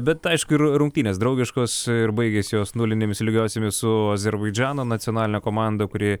bet aišku ir rungtynės draugiškos ir baigėsi jos nulinėmis lygiosiomis su azerbaidžano nacionaline komanda kuri